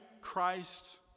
Christ